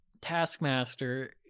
Taskmaster